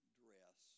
dress